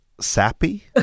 sappy